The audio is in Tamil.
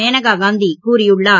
மேனகா காந்தி கூறியுள்ளார்